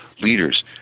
leaders